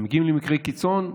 מגיעים למקרי קיצון,